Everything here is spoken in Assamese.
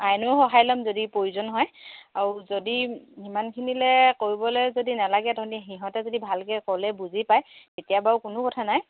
আইনৰো সহায় ল'ম যদি প্ৰয়োজন হয় আৰু যদি সিমানখিনিলে কৰিবলৈ যদি নালাগে তহঁতি সিহঁতে যদি ভালকৈ ক'লে বুজি পায় তেতিয়া বাৰু কোনো কথা নাই